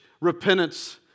repentance